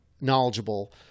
knowledgeable